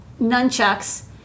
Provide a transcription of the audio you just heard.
nunchucks